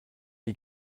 die